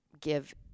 give